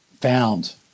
found